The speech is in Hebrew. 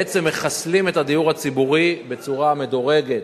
בעצם מחסלים את הדיור הציבורי בצורה מדורגת.